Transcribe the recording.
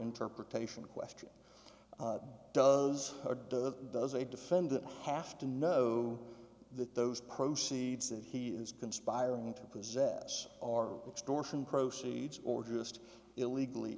interpretation question does or does it does a defendant have to know that those proceeds that he is conspiring to possess are extortion proceeds or just illegally